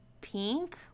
pink